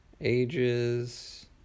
ages